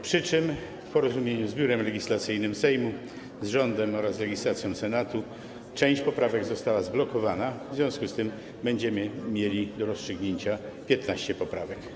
Przy czym, w porozumieniu z Biurem Legislacyjnym Sejmu, rządem oraz legislacją Senatu, część poprawek została zblokowana, w związku z tym będziemy mieli do rozstrzygnięcia 15 poprawek.